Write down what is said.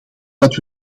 dat